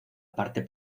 parte